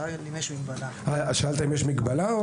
שאלת אם יש מגבלה?